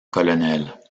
colonel